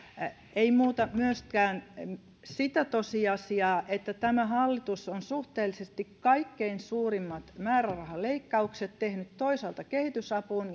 ei muuta myöskään sitä tosiasiaa että tämä hallitus on suhteellisesti kaikkein suurimmat määrärahaleikkaukset tehnyt toisaalta kehitysapuun